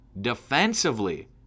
Defensively